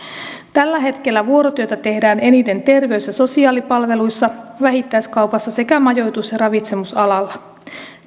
tällä hetkellä vuorotyötä tehdään eniten terveys ja sosiaalipalveluissa vähittäiskaupassa sekä majoitus ja ravitsemusalalla